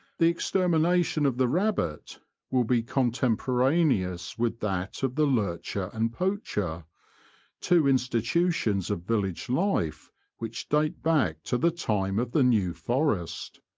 the extermination of the rabbit will be contemporaneous with that of the lurcher and poacher two institutions of village life which date back to the time of the new forest.